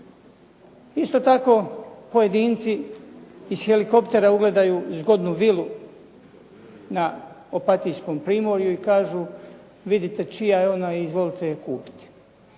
Isto tako pojedinci iz helikoptera ugledaju zgodnu vilu na opatijskom primorju i kažu vidite, čija je ono, izvolite je kupit.